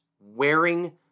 Wearing